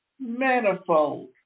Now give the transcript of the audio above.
manifold